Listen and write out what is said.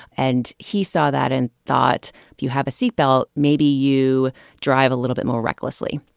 and he saw that and thought, if you have a seat belt, maybe you drive a little bit more recklessly